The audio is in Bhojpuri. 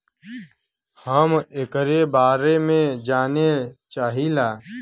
हम एकरे बारे मे जाने चाहीला?